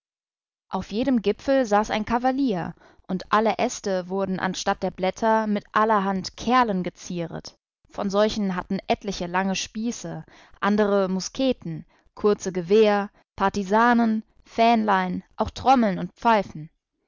auf jedem gipfel saß ein kavalier und alle äste wurden anstatt der blätter mit allerhand kerlen gezieret von solchen hatten etliche lange spieße andere musketen kurze gewehr partisanen fähnlein auch trommeln und pfeifen